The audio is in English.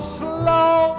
slow